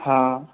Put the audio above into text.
हॅं